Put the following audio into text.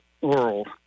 world